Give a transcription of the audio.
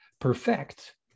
perfect